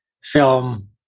film